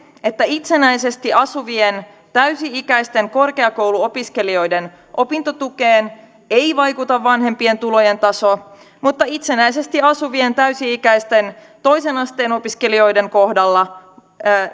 että itsenäisesti asuvien täysi ikäisten korkeakouluopiskelijoiden opintotukeen ei vaikuta vanhempien tulojen taso mutta itsenäisesti asuvien täysi ikäisten toisen asteen opiskelijoiden kohdalla